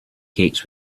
cakes